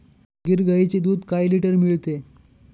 गीर गाईचे दूध काय लिटर मिळते?